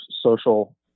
social